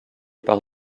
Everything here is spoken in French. par